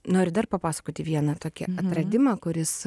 noriu dar papasakoti vieną tokį atradimą kuris